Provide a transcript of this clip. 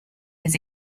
his